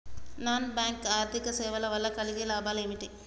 Non bank ఆర్థిక సేవల వల్ల కలిగే లాభాలు ఏమిటి?